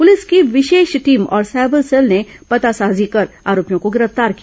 police की विशेष team ैऔर साइबर सेल ने पतासाजी कर आरोपियों को गिरफ्तार किया